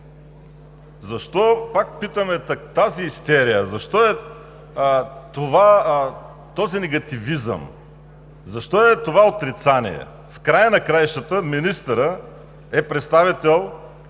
Защо е този негативизъм? Защо е това отрицание? В края на краищата министърът е представител,